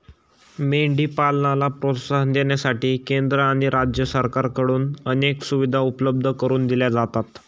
मेंढी पालनाला प्रोत्साहन देण्यासाठी केंद्र आणि राज्य सरकारकडून अनेक सुविधा उपलब्ध करून दिल्या जातात